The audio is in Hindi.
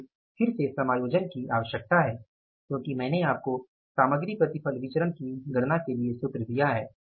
इसलिए फिर से समायोजन की आवश्यकता है क्योंकि मैंने आपको सामग्री प्रतिफल विचरण की गणना के लिए सूत्र दिए हैं